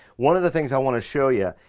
one of the things i want to show you,